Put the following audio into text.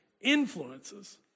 influences